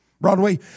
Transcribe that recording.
Broadway